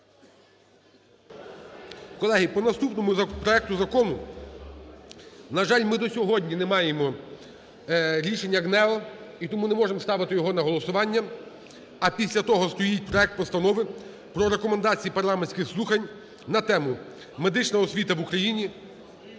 Колеги, по наступному проекту закону, на жаль, ми до сьогодні не маємо рішення ГНЕУ і тому не можемо ставити його на голосування. А після того стоїть проект Постанови про Рекомендації парламентських слухань на тему: "Медична освіта в Україні...